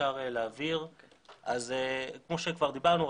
כמו שכבר דיברנו,